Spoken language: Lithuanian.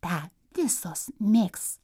tą visos mėgs